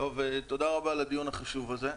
תודה רבה על הדיון החשוב הזה.